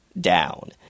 down